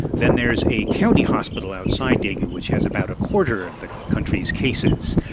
then there's a county hospital outside daegu, which has about a quarter of the country's cases.